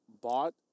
bought